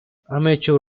amateur